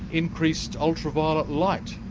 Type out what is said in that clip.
increased ultra violet light,